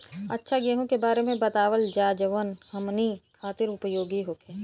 अच्छा गेहूँ के बारे में बतावल जाजवन हमनी ख़ातिर उपयोगी होखे?